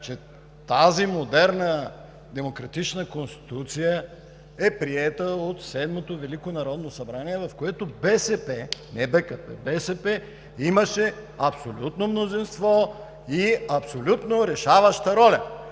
че тази модерна, демократична Конституция е приета от Седмото Велико народно събрание, в което БСП, не БКП – БСП имаше абсолютно мнозинство и абсолютно решаваща роля,